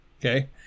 okay